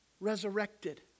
resurrected